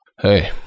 Hey